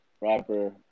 rapper